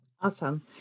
Awesome